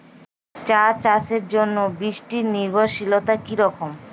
চা চাষের জন্য বৃষ্টি নির্ভরশীলতা কী রকম?